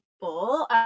people